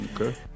Okay